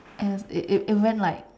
and it it went like